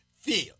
feel